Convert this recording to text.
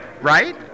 right